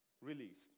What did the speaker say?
released